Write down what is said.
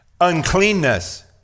uncleanness